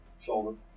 shoulder